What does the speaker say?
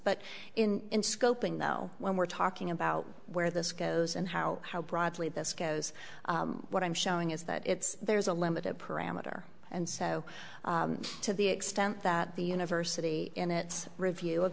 but in scoping though when we're talking about where this goes and how broadly this goes what i'm showing is that it's there's a limited parameter and so to the extent that the university in its review of